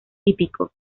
hípico